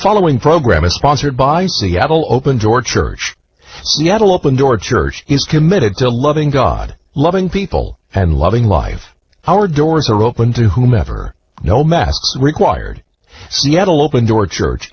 following program is sponsored by seattle open door church yet open door church he's committed to loving god loving people and loving life our doors are open to whomever no mass required seattle open door church